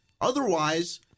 Otherwise